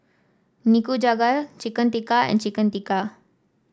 Nikujaga Chicken Tikka and Chicken Tikka